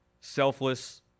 selfless